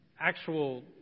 actual